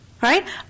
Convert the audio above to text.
Right